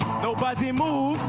nobody move.